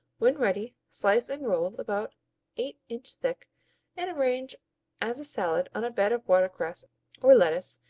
when ready, slice in rolls about eight inch thick and arrange as a salad on a bed of water cress or lettuce,